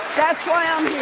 that's why um